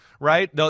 Right